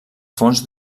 fons